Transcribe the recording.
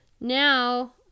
now